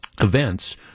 Events